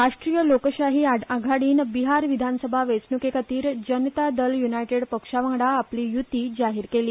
राष्ट्रीय लोकशाय आघाडीन बिहार विधानसभा वेंचणुके खातीर जनता दल युनायटेड पक्षा वांगडा आपली युती जाहीर केली